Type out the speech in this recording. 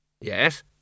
Yes